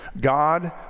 God